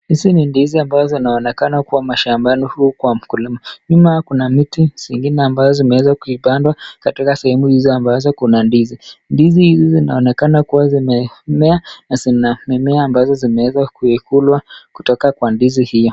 Hizi ni ndizi ambazo zinaonekana kuwa mashambani huku kwa mkulima. Nyuma kuna miti zingine ambazo zimeweza kupandwa katika sehemu hizo ambazo kuna ndizi. Ndizi hizo zinaonekana kuwa zimemea na zina mimea ambazo zimeweza kuikulwa kutoka kwa ndizi hiyo.